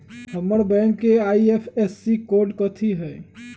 हमर बैंक के IFSC code कथि हई?